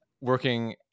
working